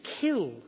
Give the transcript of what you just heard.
kill